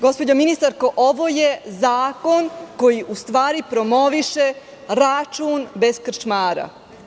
Gospođo ministarko, ovo je zakon koji u stvari promoviše račun bez krčmara.